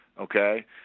okay